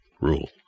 rule